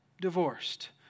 divorced